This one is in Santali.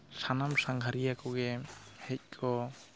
ᱥᱟᱱᱟᱢ ᱥᱟᱸᱜᱷᱟᱨᱤᱭᱟᱹ ᱠᱚᱜᱮ ᱦᱮᱡ ᱠᱚ